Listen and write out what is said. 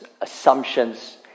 assumptions